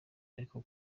ariko